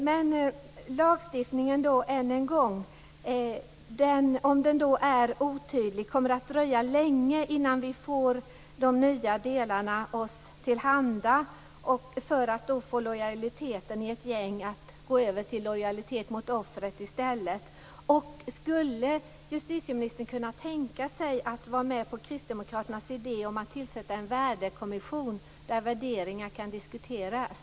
Om lagstiftningen är otydlig och om det kommer att dröja länge innan vi får de nya delarna oss till handa är det nu viktigt att få lojaliteten mot ett gäng att gå över till lojalitet mot offret i stället. Skulle justitieministern kunna tänka sig att vara med på Kristdemokraternas idé om att tillsätta en värdekommission där värderingar kan diskuteras?